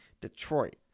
Detroit